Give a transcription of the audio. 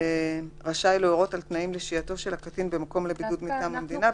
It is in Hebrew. המנהל רשאי להורות על תנאים לשהייתו של הקטין במקום לבידוד מטעם המדינה,